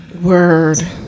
Word